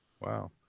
Wow